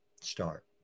start